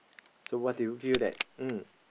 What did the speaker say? so what do you view that mm